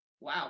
Wow